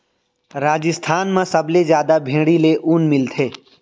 राजिस्थान म सबले जादा भेड़ी ले ऊन मिलथे